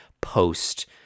post